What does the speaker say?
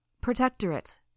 Protectorate